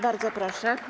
Bardzo proszę.